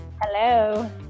Hello